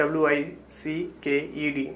Wicked